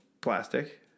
plastic